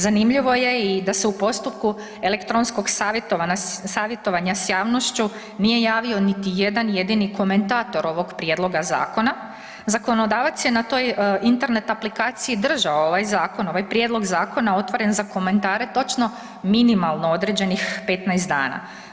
Zanimljivo je i da se u postupku elektronskog savjetovanja s javnošću nije javio niti jedan jedini komentator ovoga prijedloga zakona, zakonodavac je toj Internet aplikaciji držao ovaj zakon, ovaj prijedlog zakona otvoren za komentare točno minimalno određenih 15 dana.